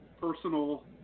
personal